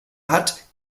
hat